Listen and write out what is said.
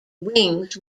wings